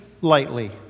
lightly